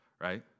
right